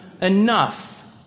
enough